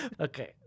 Okay